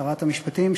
שרת המשפטים,